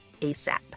ASAP